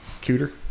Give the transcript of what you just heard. Cuter